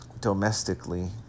domestically